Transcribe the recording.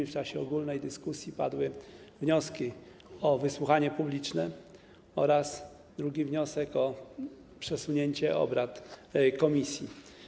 W czasie ogólnej dyskusji m.in. padł wniosek o wysłuchanie publiczne oraz drugi wniosek o przesunięcie obrad komisji.